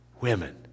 women